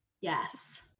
Yes